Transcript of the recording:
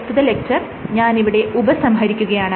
പ്രസ്തുത ലെക്ച്ചർ ഞാനിവിടെ ഉപസംഹരിക്കുകയാണ്